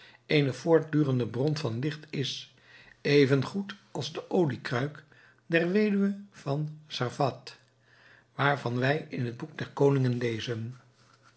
eene voortdurende bron van licht is even goed als de oliekruik der weduwe van zarphath waarvan wij in het boek der koningen lezen